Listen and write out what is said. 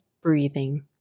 breathing